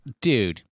Dude